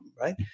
right